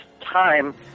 time